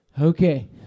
okay